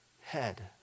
head